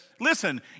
Listen